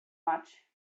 much